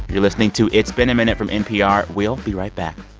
you're listening to it's been a minute from npr. we'll be right back